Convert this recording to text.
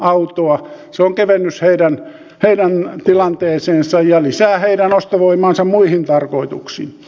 se on kevennys heidän tilanteeseensa ja lisää heidän ostovoimaansa muihin tarkoituksiin